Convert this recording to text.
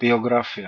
ביוגרפיה